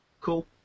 Cool